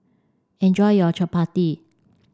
enjoy your Chapati